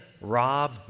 rob